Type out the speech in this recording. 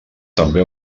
també